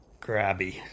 grabby